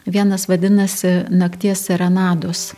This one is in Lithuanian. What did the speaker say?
vienas vadinasi nakties serenados